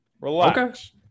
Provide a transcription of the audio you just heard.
Relax